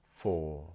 four